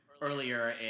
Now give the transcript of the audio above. earlier